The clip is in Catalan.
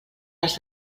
les